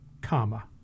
comma